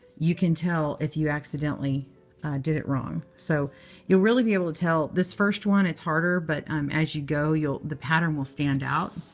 you can tell if you accidentally did it wrong. so you'll really be able to tell. this first one, it's harder. but um as you go, the pattern will stand out.